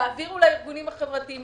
תעברו לארגונים החברתיים,